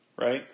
right